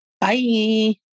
Bye